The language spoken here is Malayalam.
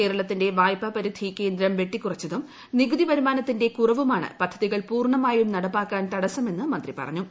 കേരളത്തിന്റെ വായ്പാപരിധി കേന്ദ്രം വെട്ടിക്കുറച്ചതും നികുതി വരുമാനത്തിന്റെ കുറവുമാണ് പ്രിദ്ധതികൾ പൂർണ്ണമായും നടപ്പാക്കാൻ തടസ്സമെന്നും മന്ത്രി പ്റ്റഞ്ഞു